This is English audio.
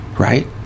Right